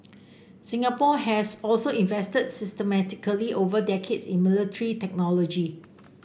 Singapore has also invested systematically over decades in military technology